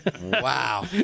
Wow